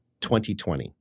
2020